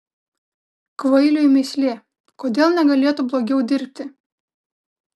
kvailiui mįslė kodėl negalėtų blogiau dirbti